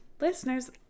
Listeners